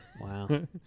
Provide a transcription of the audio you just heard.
Wow